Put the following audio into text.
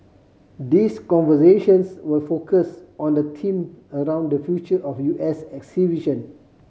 these conversations will focus on the theme around the future of U S exhibition